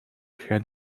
had